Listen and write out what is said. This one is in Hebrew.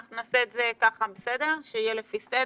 אנחנו נעשה את זה לפי סדר.